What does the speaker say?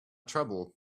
trouble